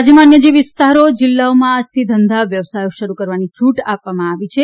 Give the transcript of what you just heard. રાજ્યમાં અન્ય જે વિસ્તારો જીલ્લાઓમાં આજથી ધંધા વ્યવસાયો શરૂ કરવાની છ્રટ આપવામાં આવી છે